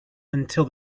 until